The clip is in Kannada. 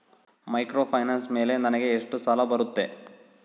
ಮೈಕ್ರೋಫೈನಾನ್ಸ್ ಮೇಲೆ ನನಗೆ ಎಷ್ಟು ಸಾಲ ಬರುತ್ತೆ?